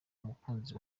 umukunzi